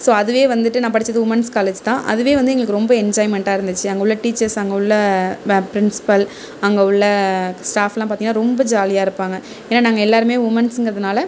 so அதுவே வந்துட்டு நான் படித்தது உமென்ஸ் காலேஜ் தான் அதுவே வந்து எங்களுக்கு ரொம்ப என்ஜாய்மென்ட்டாக இருந்துச்சு அங்கே உள்ள டீச்சர்ஸ் அங்கே உள்ள பிரின்ஸ்பல் அங்கே உள்ள ஸ்டாஃப்லாம் பார்த்திங்கன்னா ரொம்ப ஜாலியாக இருப்பாங்க ஏன்னா நாங்கள் எல்லாரும் உமன்ஸுங்கிறதுனால